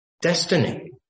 destiny